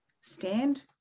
stand